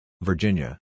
Virginia